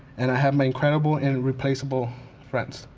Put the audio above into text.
and i have my incredible and irreplaceable friends.